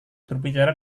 berbicara